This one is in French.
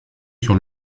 sur